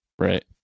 Right